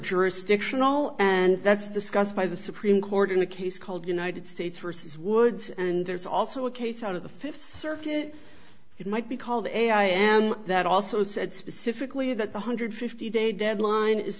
jurisdictional and that's the scouts by the supreme court in a case called united states versus woods and there's also a case out of the th circuit it might be called a i am that also said specifically that one hundred and fifty day deadline is